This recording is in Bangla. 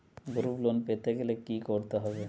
গ্রুপ লোন পেতে গেলে কি করতে হবে?